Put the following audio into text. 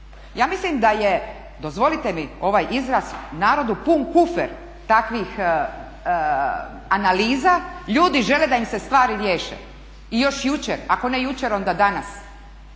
Ja mislim da je, dozvolite mi ovaj izraz, narodu pun kufer takvih analiza, ljudi žele da im se stvari riješe i još jučer, ako ne jučer onda danas.